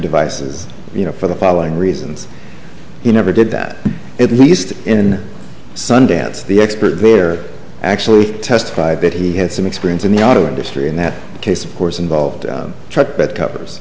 devices you know for the following reasons he never did that at least in sundance the expert there actually testified that he had some experience in the auto industry and that case of course involved a truck bed covers